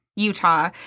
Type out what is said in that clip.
Utah